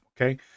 Okay